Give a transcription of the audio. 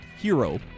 hero